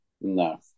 no